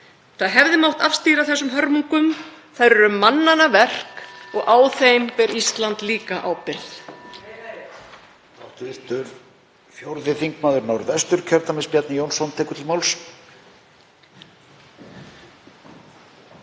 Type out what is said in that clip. Það hefði mátt afstýra þessum hörmungum, þær eru mannanna verk og á þeim ber Ísland líka ábyrgð.